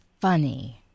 funny